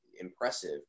impressive